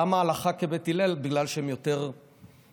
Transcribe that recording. למה הלכה כבית הלל בגלל שהם יותר נוחים?